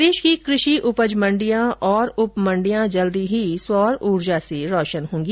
प्रदेश की कृषि उपज मण्डियां तथा उप मण्डियां जल्द ही सौर ऊर्जा से रोशन होंगी